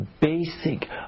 basic